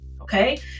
okay